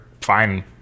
fine